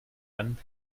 einen